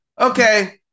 okay